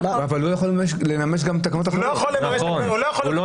אבל לא יכול לממש גם את --- הוא לא יכול.